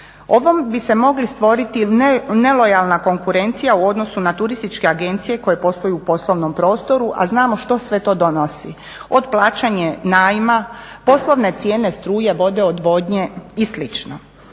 Ovom bi se mogli stvoriti nelojalna konkurencija u odnosu na turističke agencije koje posluju u poslovnom prostoru, a znamo što sve to donosi od plaćanje najma, poslovne cijene struje, vode, odvodnje i